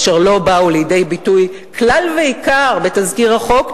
אשר לא באו לידי ביטוי כלל ועיקר בתזכיר החוק.